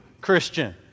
Christian